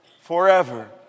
forever